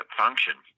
function